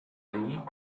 room